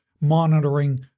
monitoring